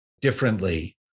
differently